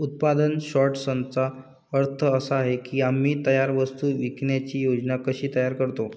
उत्पादन सॉर्टर्सचा अर्थ असा आहे की आम्ही तयार वस्तू विकण्याची योजना कशी तयार करतो